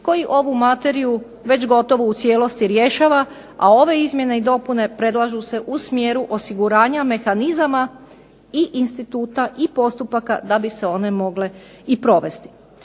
koji ovu materiju već gotovo u cijelosti rješava, a ove izmjene i dopune predlažu se u smjeru osiguranja mehanizama i instituta i postupaka da bi se one mogle i provesti.